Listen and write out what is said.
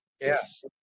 Yes